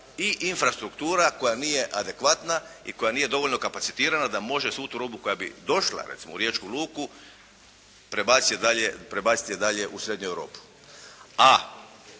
i infrastruktura koja nije adekvatna i koja nije dovoljno kapacitirana da može svu tu robu koja bi došla recimo u Riječku luku prebaciti je dalje u Srednju Europu.